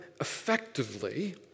effectively